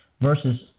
versus